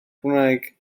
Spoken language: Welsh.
cymraeg